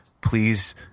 please